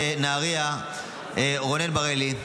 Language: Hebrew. נהריה רונן מרלי,